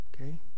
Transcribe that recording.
Okay